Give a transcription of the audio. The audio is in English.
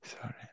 Sorry